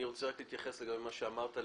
אני רוצה להתייחס לגבי מה שאמרת,